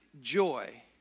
joy